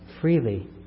freely